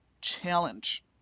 Challenge